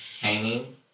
hanging